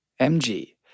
MG